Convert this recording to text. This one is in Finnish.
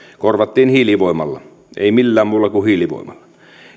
korvattiin hiilivoimalla ei millään muulla kuin hiilivoimalla